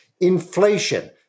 Inflation